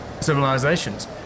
civilizations